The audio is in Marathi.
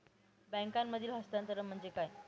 बँकांमधील हस्तांतरण म्हणजे काय?